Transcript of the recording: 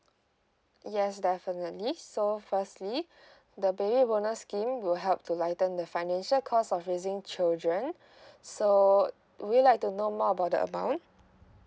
yes definitely so firstly the baby bonus scheme will help to lighten the financial cost of raising children so would you like to know more about the amount